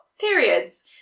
periods